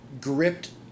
gripped